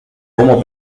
como